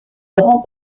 grand